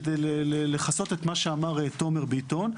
כדי לכסות את מה שאומר תומר ביטון,